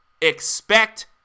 Expect